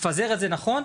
תפזר את זה נכון,